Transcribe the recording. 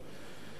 5793,